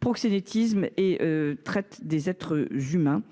proxénétisme et traite des êtres humains.